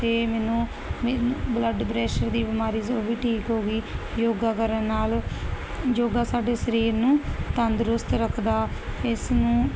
ਅਤੇ ਮੈਨੂੰ ਮੈਨੂੰ ਬਲੱਡ ਪ੍ਰੈਸ਼ਰ ਦੀ ਬਿਮਾਰੀ ਜੋ ਵੀ ਠੀਕ ਹੋਗੀ ਯੋਗਾ ਕਰਨ ਨਾਲ ਯੋਗਾ ਸਾਡੇ ਸਰੀਰ ਨੂੰ ਤੰਦਰੁਸਤ ਰੱਖਦਾ ਇਸ ਨੂੰ